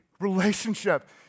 Relationship